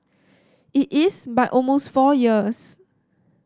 it is by almost four years